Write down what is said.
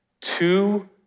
two